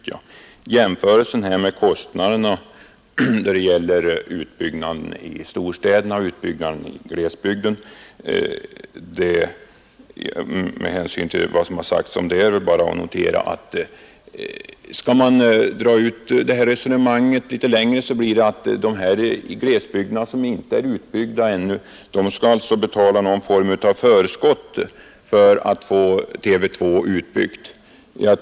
Här har av herr Larsson i Vänersborg gjorts en jämförelse med kostnaderna då det gäller utbyggnad i storstäderna och utbyggnad i glesbygderna. Om detta är väl bara att säga, att för man det resonemanget litet längre kommer man fram till att de som bor i glesbygderna, där TV 2-nätet ännu inte är utbyggt, skulle betala någon form av förskott på denna utbyggnad.